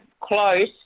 close